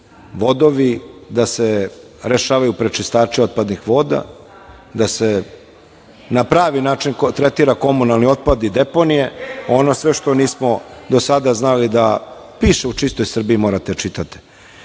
vodovi, da se rešavaju prečistači otpadnih voda, da se na pravi način tretira komunalni otpad i deponije, ono što sve što nismo do sada znali da piše u „Čistoj Srbiji“. Morate da